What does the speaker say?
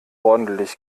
ordentlich